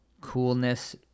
coolness